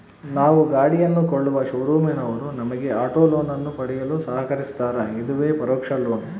ನಾವು ಗಾಡಿಯನ್ನು ಕೊಳ್ಳುವ ಶೋರೂಮಿನವರು ನಮಗೆ ಆಟೋ ಲೋನನ್ನು ಪಡೆಯಲು ಸಹಕರಿಸ್ತಾರ, ಇದುವೇ ಪರೋಕ್ಷ ಲೋನ್